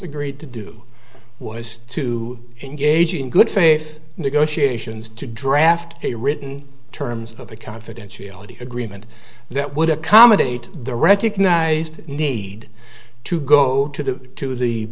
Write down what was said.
agreed to do was to engage in good faith negotiations to draft a written terms of a confidentiality agreement that would accommodate the recognized need to go to the to the